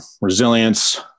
resilience